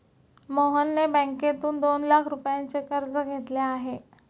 मोहनने बँकेतून दोन लाख रुपयांचे कर्ज घेतले आहे